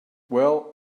well